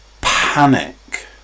panic